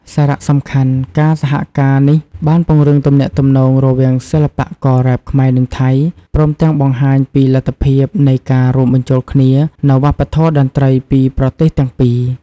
សារៈសំខាន់: ការសហការនេះបានពង្រឹងទំនាក់ទំនងរវាងសិល្បកររ៉េបខ្មែរ និងថៃ ព្រមទាំងបង្ហាញពីលទ្ធភាពនៃការរួមបញ្ចូលគ្នានូវវប្បធម៌តន្ត្រីពីប្រទេសទាំងពីរ។